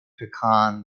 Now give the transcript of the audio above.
pecan